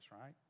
right